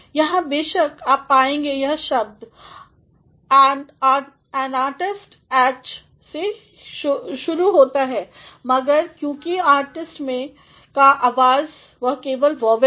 यहाँ बेशक आप पाएंगे यह शब्द ऑनेस्ट एच से शुतु होता है मगर क्योंकि जब हम ऑनेस्ट शब्द उपयोग करते हैं तो जो आवाज़ आती है वह वोवल है